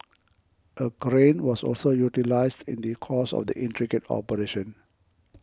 a crane was also utilised in the course of the intricate operation